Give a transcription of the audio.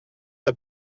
n’a